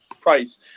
price